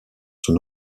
son